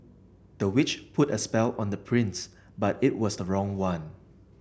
the witch put a spell on the prince but it was the wrong one